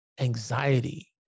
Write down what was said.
anxiety